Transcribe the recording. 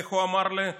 איך הוא אמר לי?